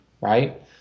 right